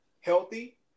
healthy